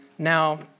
Now